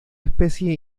especie